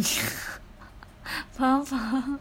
faham faham